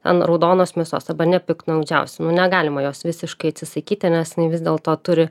ten raudonos mėsos arba nepiktnaudžiausiu nu negalima jos visiškai atsisakyti nes vis dėlto turi